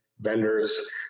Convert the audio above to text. vendors